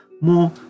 more